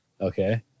Okay